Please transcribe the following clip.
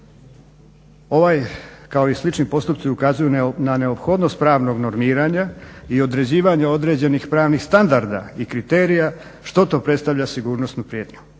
Ovaj kao i slični postupci ukazuju na neophodnost pravnog normiranja i određivanje određenih pravnih standarda i kriterija što to predstavlja sigurnosnu prijetnju.